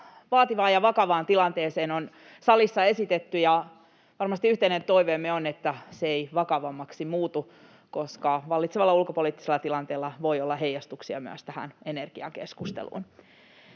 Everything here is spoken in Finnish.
vaativaan ja vakavaan tilanteeseen on salissa esitetty, ja varmasti yhteinen toiveemme on, että se ei vakavammaksi muutu, koska vallitsevalla ulkopoliittisella tilanteella voi olla heijastuksia myös tähän energiakeskusteluun.